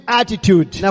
attitude